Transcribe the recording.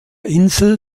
insel